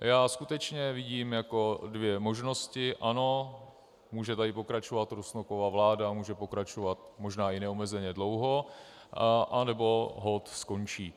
Já skutečně vidím dvě možnosti: ano, může tady pokračovat Rusnokova vláda, může pokračovat možná i neomezeně dlouho, anebo holt skončí.